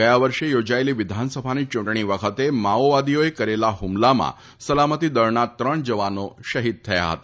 ગયા વર્ષે યોજાયેલી વિધાનસભાની ચૂંટણી વખતે માઓવાદીઓએ કરેલા હુમલામાં સલામતીદળનાં ત્રણ જવાનો શહીદ થયા હતા